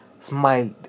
smile